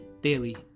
Daily